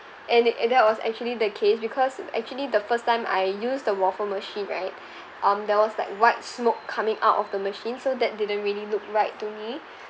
and it and that was actually the case because actually the first time I use the waffle machine right um there was like white smoke coming out of the machine so that didn't really look right to me